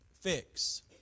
fix